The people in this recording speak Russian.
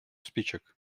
спичек